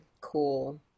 cool